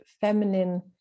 feminine